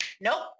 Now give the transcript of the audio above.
nope